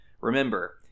Remember